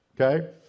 Okay